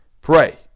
Pray